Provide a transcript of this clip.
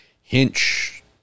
Hinch